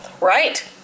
Right